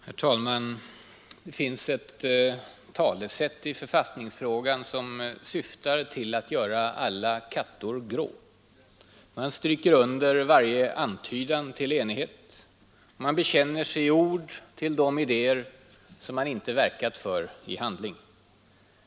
Herr talman! Det finns ett talesätt i författningsfrågan som syftar till att göra alla kattor grå. Man stryker under varje antydan till enighet och bekänner sig i ord till de idéer som man inte verkat för i handling.